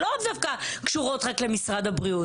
שלאו דווקא קשורות רק למשרד הבריאות.